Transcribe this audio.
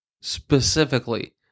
specifically